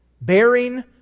Bearing